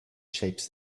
shapes